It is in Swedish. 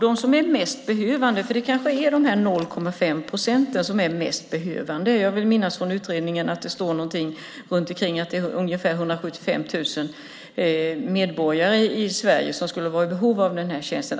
De som är mest behövande, kanske just dessa 0,5 procent, stänger man alltså ute. Jag vill minnas från utredningen att ungefär 175 000 medborgare i Sverige skulle vara i behov av tjänsten.